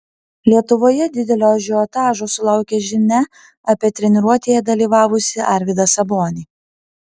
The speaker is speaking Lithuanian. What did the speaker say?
lietuvoje didelio ažiotažo sulaukė žinia apie treniruotėje dalyvavusį arvydą sabonį